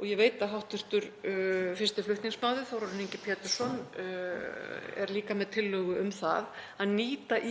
og ég veit að hv. flutningsmaður, Þórarinn Ingi Pétursson, er líka með tillögu um það,